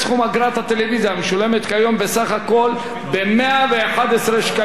המשולמת כיום בסך הכול ב-111 שקלים חדשים,